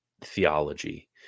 theology